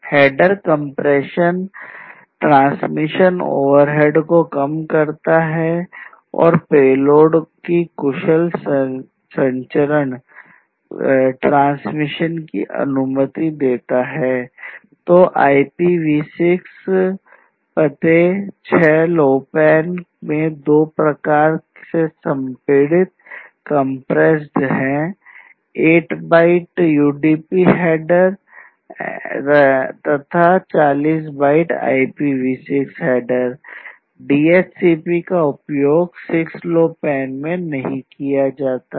header compression का उपयोग 6LoWPAN में नहीं किया जाता है